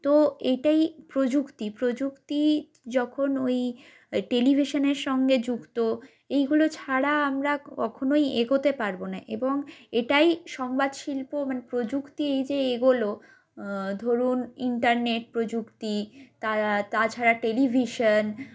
তো এটাই প্রযুক্তি প্রযুক্তি যখন ওই টেলিভিশনের সঙ্গে যুক্ত এইগুলো ছাড়া আমরা কখনোই এগোতে পারবো না এবং এটাই সংবাদ শিল্প মানে প্রযুক্তি এই যে এগোলো ধরুন ইন্টারনেট প্রযুক্তি তারা তাছাড়া টেলিভিশন